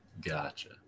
Gotcha